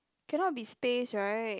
cannot be space [right]